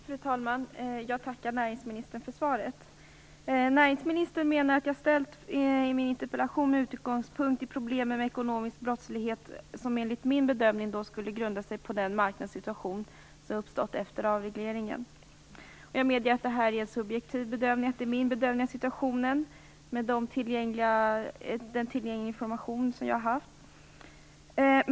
Fru talman! Jag tackar näringsministern för svaret. Näringsministern menar att jag ställt min interpellation med utgångspunkt i problemen med ekonomisk brottslighet, som enligt min bedömning skulle grunda sig på den marknadssituation som uppstått efter avregleringen. Jag medger att det är en subjektiv bedömning, att det är min bedömning av situationen utifrån den information jag har haft.